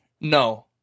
no